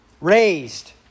raised